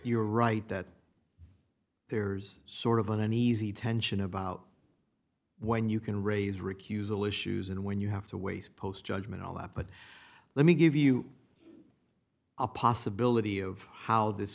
you're right that there's sort of an uneasy tension about when you can raise recusal issues and when you have to waste post judgment on that but let me give you a possibility of how this